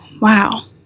Wow